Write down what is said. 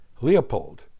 Leopold